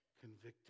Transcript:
convicting